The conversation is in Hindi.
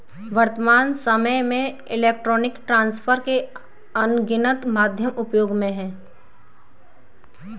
वर्त्तमान सामय में इलेक्ट्रॉनिक ट्रांसफर के अनगिनत माध्यम उपयोग में हैं